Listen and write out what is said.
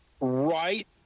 Right